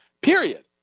period